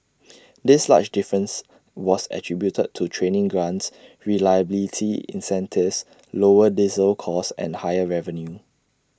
this large difference was attributed to training grants reliability incentives lower diesel costs and higher revenue